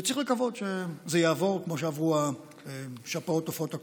וצריך לקוות שזה יעבור כמו שעברו שפעות העופות הקודמות.